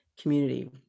community